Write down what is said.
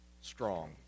strong